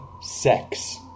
sex